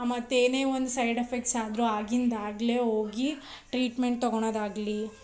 ಮತ್ತು ಏನೇ ಒಂದು ಸೈಡ್ ಎಫೆಕ್ಟ್ಸ್ ಆದ್ರೂ ಆಗಿಂದಾಗಲೇ ಹೋಗಿ ಟ್ರೀಟ್ಮೆಂಟ್ ತಕೊಳದಾಗ್ಲಿ